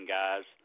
guys